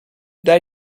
die